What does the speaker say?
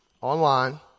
online